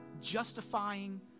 justifying